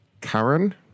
Karen